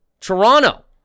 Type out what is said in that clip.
Toronto